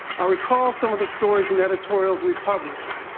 i recall some of the stories and editorials we published.